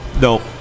nope